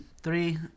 Three